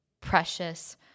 precious